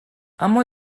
اما